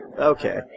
Okay